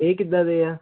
ਇਹ ਕਿੱਦਾਂ ਦੇ